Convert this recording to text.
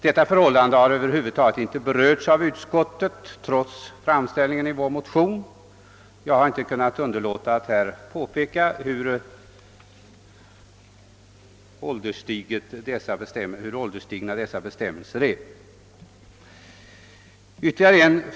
Detta förhållande har över huvud taget inte berörts av utskottet trots framställningen i vår motion, och jag har inte kunnat underlåta att påpeka hur ålderstigna dessa bestämmelser är.